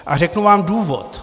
A řeknu vám důvod.